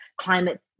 climate